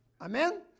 Amen